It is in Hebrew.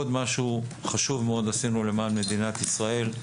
עשינו עוד משהו חשוב מאוד למען מדינת ישראל.